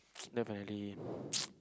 then finally